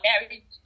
married